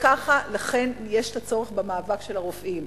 ולכן יש צורך במאבק של הרופאים.